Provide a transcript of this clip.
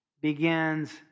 begins